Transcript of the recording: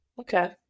Okay